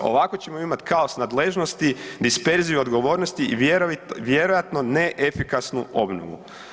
Ovako ćemo imati kaos nadležnosti, disperziju odgovornosti i vjerojatno neefikasnu obnovu.